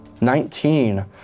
Nineteen